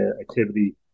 activity